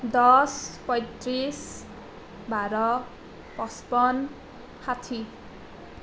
দহ পঁইত্ৰিছ বাৰ পঁচপন্ন ষাঠি